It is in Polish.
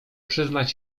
przyznać